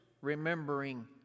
remembering